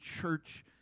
church